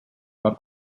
but